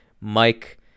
Mike